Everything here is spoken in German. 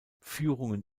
führungen